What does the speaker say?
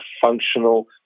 functional